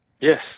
Yes